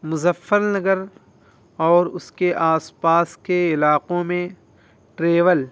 مظفر نگر اور اس کے آس پاس کے علاقوں میں ٹریول